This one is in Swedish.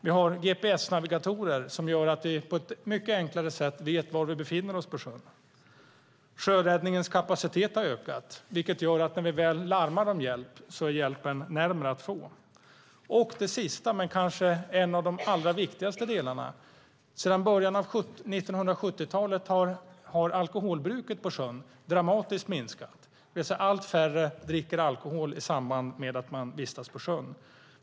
Vi har gps-navigatorer som gör att vi på ett mycket enklare sätt vet var vi befinner oss på sjön. Sjöräddningens kapacitet har ökat, vilket gör att när vi väl larmar om hjälp är hjälpen närmare att få. Och den sista men kanske en av de allra viktigaste delarna: Sedan 1970-talet har alkoholbruket på sjön minskat dramatiskt, det vill säga allt färre dricker alkohol i samband med att man vistas på sjön.